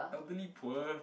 elderly poor